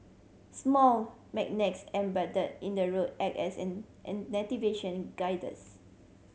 small magnets embedded in the road act as an an navigation guiders